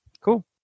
cool